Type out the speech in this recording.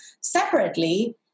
separately